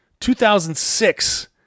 2006